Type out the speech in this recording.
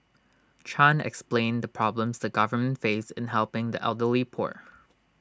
chan explained the problems the government face in helping the elderly poor